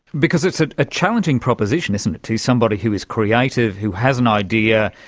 because it's a ah challenging proposition, isn't it, to somebody who is creative, who has an idea,